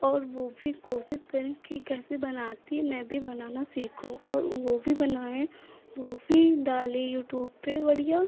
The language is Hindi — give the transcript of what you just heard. और वह भी कोशिश करें कि कैसे बनाती है मैं भी बनाना सीखूँ और वह भी बनाएँ वह भी डाले यूटूब पर बढ़िया